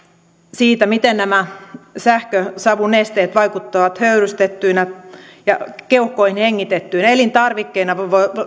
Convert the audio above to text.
siitä miten nämä sähkösavunesteet vaikuttavat höyrystettyinä ja keuhkoihin hengitettyinä elintarvikkeina